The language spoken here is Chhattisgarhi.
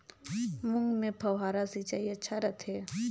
मूंग मे फव्वारा सिंचाई अच्छा रथे?